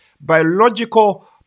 Biological